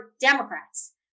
Democrats